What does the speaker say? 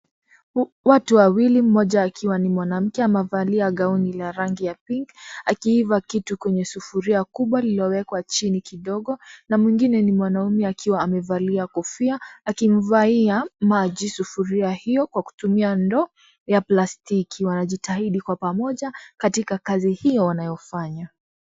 Watu wawili mmoja akiwa ni mwanamke amevalia gauni la rangi ya pinki akiiva kitu kwenye sufuria kubwa lililowekwa chini kidogo na mwingine ni mwanaume akiwa amevalia kofia akimvaia maji sufuria hiyo kwa kutumia ndoo ya plastiki wanajitahidi kwa pamoja katika kazi hiyo wanayofanya.